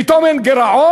פתאום אין גירעון?